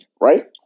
right